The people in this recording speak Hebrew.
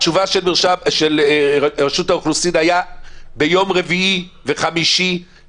התשובה של רשות האוכלוסין בשבוע שעבר